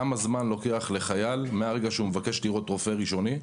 כמה זמן לוקח לחייל מהרגע שהוא מבקש לראות רופא ראשוני,